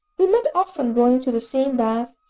we met often going to the same baths,